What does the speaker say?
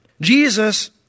Jesus